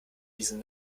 diesen